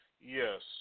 yes